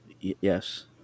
Yes